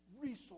resource